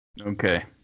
Okay